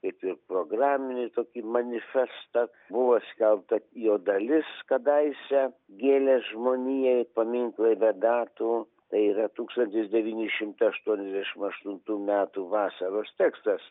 kaip ir programinį tokį manifestą buvo skelbta jo dalis kadaise gėlės žmonijai paminklai be datų tai yra tūkstantis devyni šimtai aštuoniasdešimt aštuntų metų vasaros tekstas